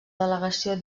delegació